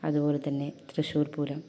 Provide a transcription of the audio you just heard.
അതുപോലെത്തന്നെ തൃശ്ശൂർ പൂരം